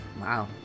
Wow